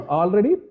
already